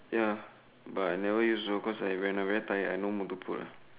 ya but I never use though cause I was very tired and no mood to put lah